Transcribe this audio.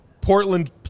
Portland